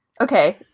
Okay